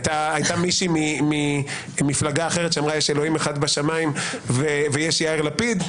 הייתה מישהי ממפלגה אחרת שאמרה: יש אלוהים אחד בשמים ויש יאיר לפיד.